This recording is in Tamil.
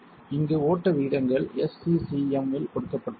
இங்கு ஓட்ட விகிதங்கள் SCCM இல் கொடுக்கப்பட்டுள்ளன